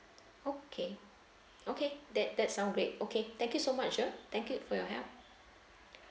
okay okay that that sound great okay thank you so much ah thank you for your help